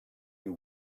you